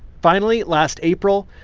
finally, last april,